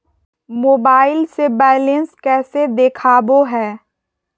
Mobile से balance कैसे देखाबो है?